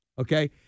Okay